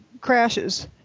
crashes